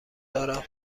دارم